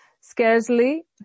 Scarcely